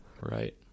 Right